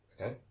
okay